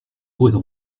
pourrait